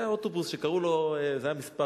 היה אוטובוס, זה היה מס'